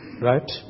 Right